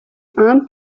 and